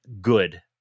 good